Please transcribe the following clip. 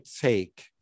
take